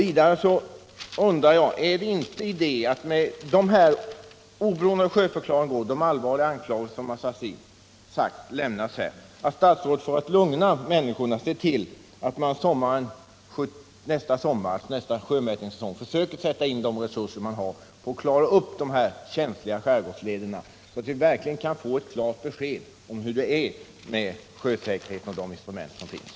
Vidare undrar jag om det inte vore idé att statsrådet — oberoende av hur sjöförklaringen utfaller och oberoende av de allvarliga anklagelser som framförts — för att lugna människorna såg till att man nästa sommar, dvs. nästa sjömätningssäsong, sätter in tillgängliga resurser för att klara upp förhållandena i dessa känsliga skärgårdsleder, så att vi kan få ett klart besked om hur det ligger till med sjösäkerheten och de instrument som finns.